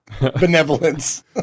benevolence